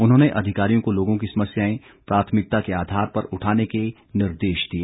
उन्होंने अधिकारियों को लोगों की समस्याएं प्राथमिकता के आधार पर उठाने के निर्देश दिए